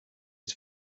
his